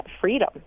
freedom